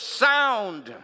sound